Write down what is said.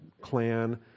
clan